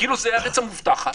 - כאילו זה הארץ המובטחת,